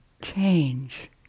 change